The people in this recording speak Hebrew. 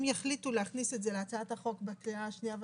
אם יחליטו להכניס את זה להצעת החוק בקריאה השנייה והשלישית,